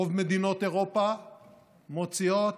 רוב מדינות אירופה מוציאות